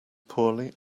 poorly